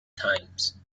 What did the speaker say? times